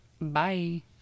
Bye